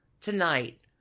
tonight